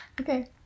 Okay